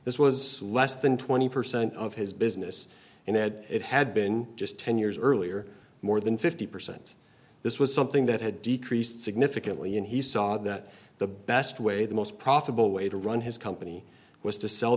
this was less than twenty percent of his business and that it had been just ten years earlier more than fifty percent this was something that had decreased significantly and he saw that the best way the most profitable way to run his company was to sell